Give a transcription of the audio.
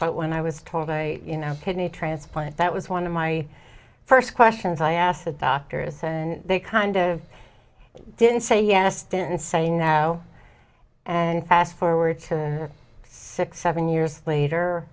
but when i was told i you know kidney transplant that was one of my first questions i asked the doctors and they kind of didn't say yes didn't say no and fast forward to six seven years later